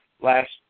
last